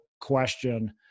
question